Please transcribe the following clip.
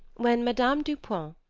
when madame du pont,